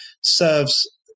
serves